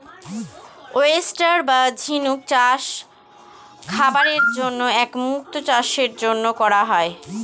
oyster বা ঝিনুক চাষ খাবারের জন্য এবং মুক্তো চাষের জন্য করা হয়